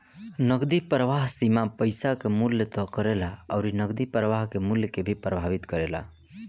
नगदी प्रवाह सीमा पईसा कअ मूल्य तय करेला अउरी नगदी प्रवाह के मूल्य के भी प्रभावित करेला